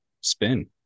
spin